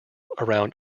around